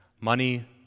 money